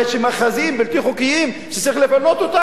ואני רואה שמאחזים בלתי חוקיים שצריך לפנות אותם,